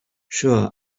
sure